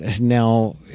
now